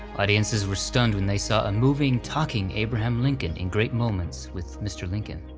audiences were stunned when they saw a moving, talking abraham lincoln in great moments with mr lincoln.